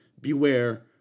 beware